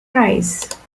price